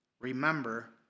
Remember